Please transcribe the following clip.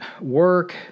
work